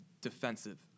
defensive